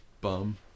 bum